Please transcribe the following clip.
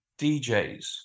DJs